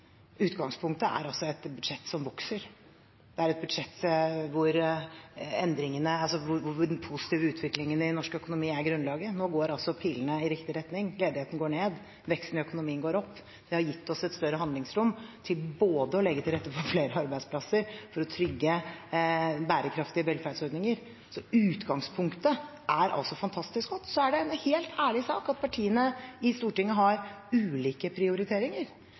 budsjett som vokser. Det er et budsjett hvor den positive utviklingen i norsk økonomi er grunnlaget. Nå peker pilene i riktig retning. Ledigheten går ned, veksten i økonomien går opp. Det har gitt oss et større handlingsrom til å legge til rette for flere arbeidsplasser for å trygge bærekraftige velferdsordninger. Utgangspunktet er altså fantastisk godt. Så er det en helt ærlig sak at partiene i Stortinget har ulike prioriteringer.